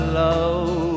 love